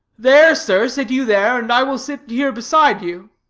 there, sir, sit you there, and i will sit here beside you